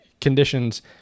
conditions